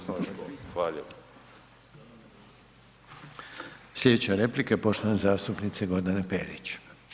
Sljedeća replika je poštovane zastupnice Gordane Perić.